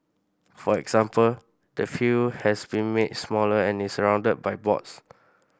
for example the field has been made smaller and is surrounded by boards